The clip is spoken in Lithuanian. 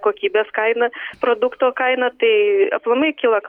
kokybės kaina produkto kaina tai aplamai kyla